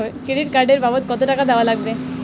Credit card এর বাবদ কতো টাকা দেওয়া লাগবে?